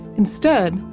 instead,